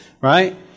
right